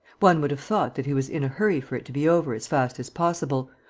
one would have thought that he was in a hurry for it to be over as fast as possible,